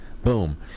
Boom